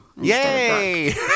Yay